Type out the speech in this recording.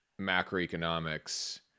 macroeconomics